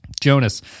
Jonas